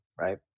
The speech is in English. right